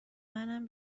منم